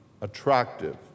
Attractive